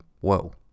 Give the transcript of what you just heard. Whoa